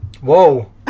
Whoa